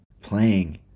playing